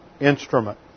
instrument